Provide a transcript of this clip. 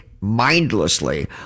mindlessly